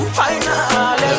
final